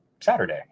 saturday